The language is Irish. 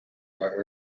mar